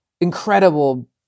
incredible